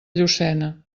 llucena